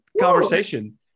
conversation